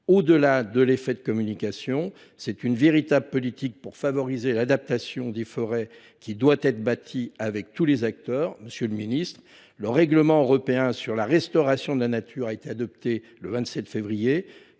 Au delà de l’effet de communication, c’est une véritable politique d’adaptation des forêts qui doit être bâtie avec tous les acteurs. Monsieur le ministre, le règlement européen sur la restauration de la nature a été adopté le 27 février